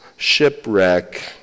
shipwreck